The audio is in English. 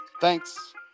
Thanks